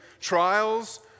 trials